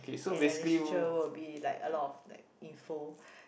and like Literature will be like a lot of like info